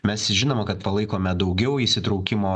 mes žinoma kad palaikome daugiau įsitraukimo